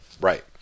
right